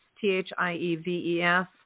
T-H-I-E-V-E-S